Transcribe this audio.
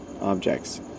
objects